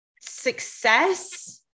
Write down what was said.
success